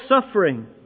suffering